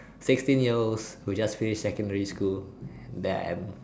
sixteen year olds who have just finished secondary school damn